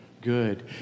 good